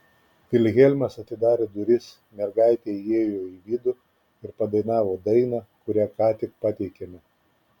vilhelmas atidarė duris mergaitė įėjo į vidų ir padainavo dainą kurią ką tik pateikėme